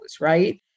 right